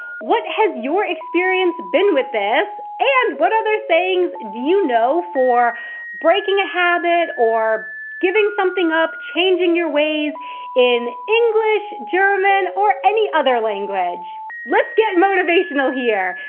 what has your experience with been with this? and what other sayings do you know for breaking a habit or giving something up, changing your ways in english, german, or any other language? let's get motivational here!